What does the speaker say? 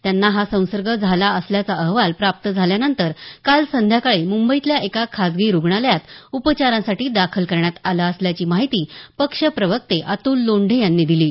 त्यांना हा संसर्ग झाला असल्याचा अहवाल प्राप्त झाल्यानंतर काल संध्याकाळी मुंबईतल्या एका खासगी रुग्णालयात उपचारांसाठी दाखल करण्यात आलं असल्याची माहिती पक्ष प्रवक्ते अतूल लोंढे यांनी दिली आहे